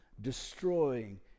Destroying